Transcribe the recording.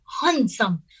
handsome